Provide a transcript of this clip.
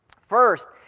First